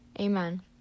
Amen